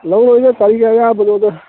ꯂꯧꯔꯣꯏꯗ ꯀꯔꯤꯒꯤ ꯑꯌꯥꯕꯅꯣꯗ